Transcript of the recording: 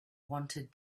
wanted